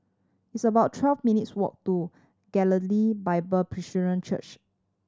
it's about twelve minutes' walk to Galilee Bible Presbyterian Church